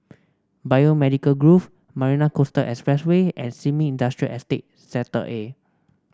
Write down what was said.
Biomedical Grove Marina Coastal Expressway and Sin Ming Industrial Estate Sector A